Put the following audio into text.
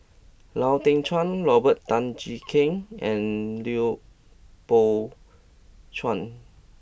Lau Teng Chuan Robert Tan Jee Keng and Lui Pao Chuen